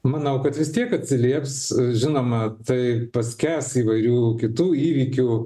manau kad vis tiek atsilieps žinoma tai paskęs įvairių kitų įvykių